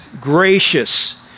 gracious